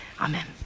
Amen